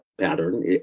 pattern